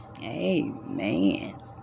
Amen